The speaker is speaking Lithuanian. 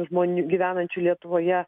žmonių gyvenančių lietuvoje